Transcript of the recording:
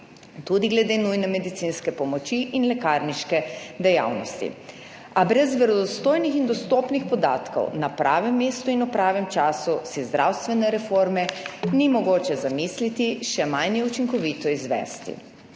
tudi glede nujne medicinske pomoči in lekarniške dejavnosti. brez verodostojnih in dostopnih podatkov na pravem mestu in ob pravem času si zdravstvene reforme ni mogoče zamisliti, še manj je učinkovito izvesti.